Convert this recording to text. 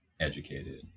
educated